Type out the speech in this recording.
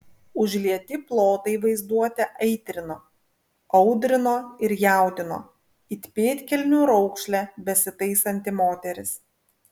užlieti plotai vaizduotę aitrino audrino ir jaudino it pėdkelnių raukšlę besitaisanti moteris